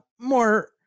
more